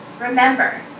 Remember